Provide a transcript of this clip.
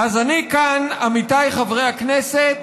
אז אני כאן, עמיתיי חברי הכנסת,